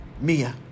Mia